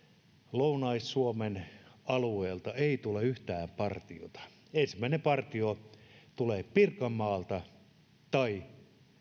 lounais suomen alueelta ei tule yhtään partiota ensimmäinen partio tulee pirkanmaalta tai